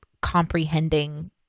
comprehending